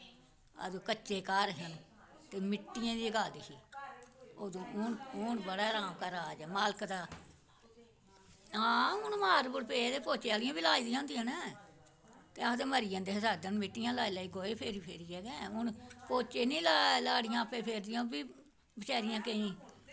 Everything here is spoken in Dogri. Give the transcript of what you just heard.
ते कच्चे घर हे मिट्टियें दे घर हे हून बड़ा ना घर दा मालक दा आं मार्बल पेदे पौह्चे आह्लियां बी आई दियां होंदियां न ते अस मरी जंदे हे मिट्टियां लाई लाई ते गोहे फेरी फेरी ते हून ना पौह्चे बी ना लाड़ियां आपें निं फेरदियां बेचारियां केईं